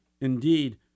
indeed